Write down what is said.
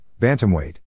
Bantamweight